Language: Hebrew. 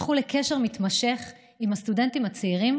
הפכו לקשר מתמשך עם הסטודנטים הצעירים,